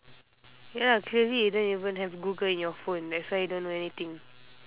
ya lah crazy don't even have google in your phone that's why you don't know anything